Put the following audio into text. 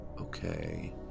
Okay